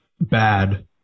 bad